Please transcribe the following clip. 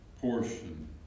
portion